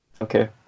Okay